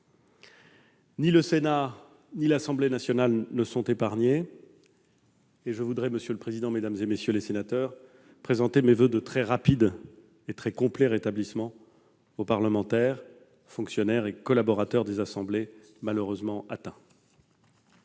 Ni le Sénat ni l'Assemblée nationale ne sont épargnés, et je voudrais, monsieur le président, mesdames, messieurs les sénateurs, présenter mes voeux de très rapide et très complet rétablissement aux parlementaires, fonctionnaires et collaborateurs des assemblées malheureusement atteints.